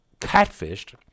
catfished